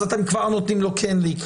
אז אתם כן נותנים לו להיכנס,